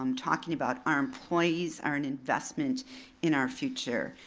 um talking about our employees are an investment in our future.